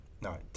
no